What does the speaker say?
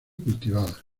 cultivada